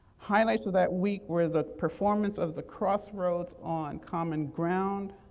highlights of that week were the performance of the crossroads, on common ground,